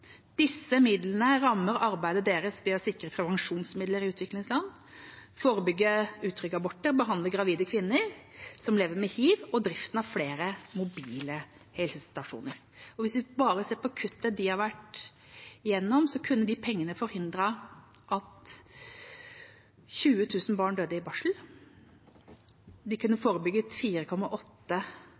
Disse midlene rammer arbeidet deres med å sikre prevensjonsmidler i utviklingsland, forebygge utrygge aborter, behandle gravide kvinner som lever med hiv, og driften av flere mobile helsestasjoner. Hvis vi bare ser på kuttet de har vært gjennom, kunne de pengene forhindret at 20 000 barn døde i barsel, de kunne forebygd 4,8